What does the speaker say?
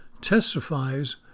testifies